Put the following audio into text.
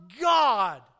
God